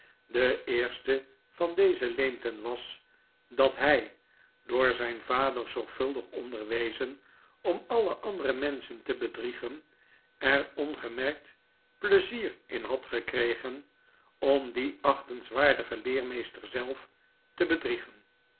de eerste van deze leemten was dat hij door zijn vader zorgvuldig onderwezen om alle andere menschen te bedriegen er ongemerkt pleizier in had gekregen om dien achtenswaardigen leermeester zelf te bedriegen